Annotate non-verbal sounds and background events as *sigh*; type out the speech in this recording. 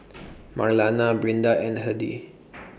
*noise* Marlana Brinda and Hedy